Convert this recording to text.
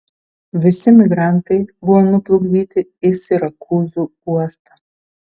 visi migrantai buvo nuplukdyti į sirakūzų uostą